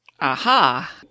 Aha